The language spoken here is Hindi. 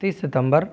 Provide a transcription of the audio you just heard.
तीस सितम्बर